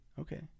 Okay